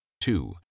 two